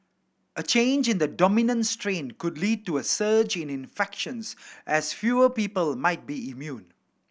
a change in the dominant strain could lead to a surge in infections as fewer people might be immune